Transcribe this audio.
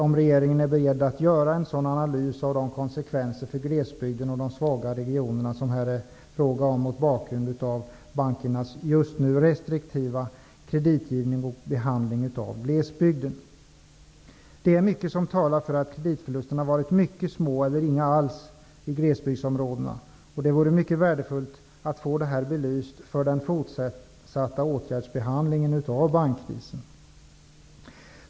Är regeringen beredd att göra en analys av konsekvenserna för glesbygden och de svaga regionerna av bankernas just nu restriktiva kreditgivning och behandling av dessa områden? Det är mycket som talar för att kreditförlusterna har varit mycket små eller inga alls i glesbygdsområdena. Det vore mycket värdefullt att få det här belyst inför den fortsatta behandlingen av bankkrisen.